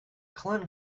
clun